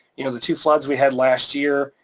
you know the two floods we had last year,